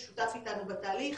ששותף איתנו בתהליך,